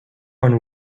one